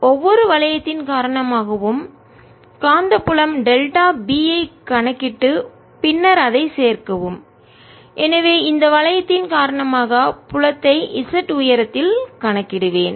ஒவ்வொரு வளையத்தின் காரணமாகவும் காந்தப்புலம் டெல்டா B ஐக் கணக்கிட்டு பின்னர் அதை சேர்க்கவும் எனவே இந்த வளையத்தின் காரணமாக புலத்தை z உயரத்தில் கணக்கிடுவேன்